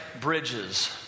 bridges